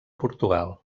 portugal